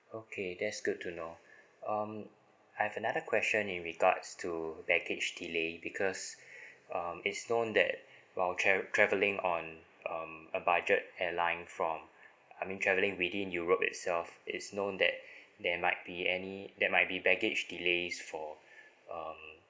okay that's good to know um I've another question in regards to baggage delay because um it's known that while tra~ travelling on um a budget airline from I mean travelling within europe itself it's known that there might be any there might be baggage delays for um